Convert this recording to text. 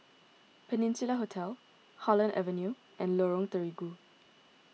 Peninsula Hotel Holland Avenue and Lorong Terigu